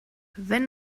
wenn